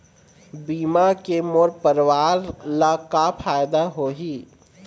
बीमा के मोर परवार ला का फायदा होही?